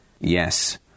Yes